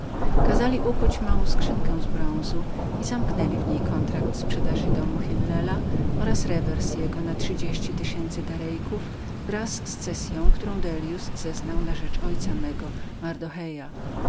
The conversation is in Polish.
kazali ukuć małą skrzynkę z miedzi i zamknęli w niej kontrakt sprzedaży domu hillela rewers jego na trzydzieści tysięcy darejków wraz z cessyą którą dellius zeznał na rzecz ojca mego